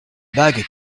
bague